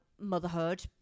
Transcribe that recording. motherhood